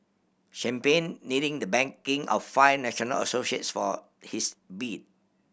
champagne needing the backing of five national associations for his bid